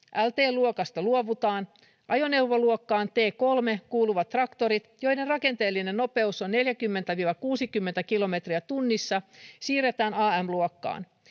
lt luokasta luovutaan ajoneuvoluokkaan t kolme kuuluvat traktorit joiden rakenteellinen nopeus on neljäkymmentä viiva kuusikymmentä kilometriä tunnissa siirretään am luokkaan